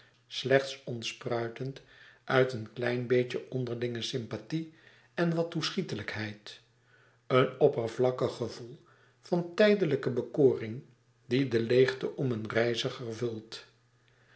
slechts ontspruitend uit een klein beetje onderlinge sympathie en wat toeschietelijkheid een oppervlakkig gevoel van tijdelijke bekoring die de leêgte om een reiziger vult